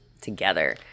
together